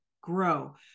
grow